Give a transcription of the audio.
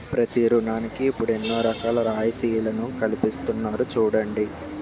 ప్రతి ఋణానికి ఇప్పుడు ఎన్నో రకాల రాయితీలను కల్పిస్తున్నారు చూడండి